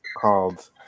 called